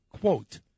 quote